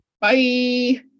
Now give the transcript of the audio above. Bye